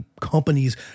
companies